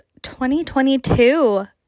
2022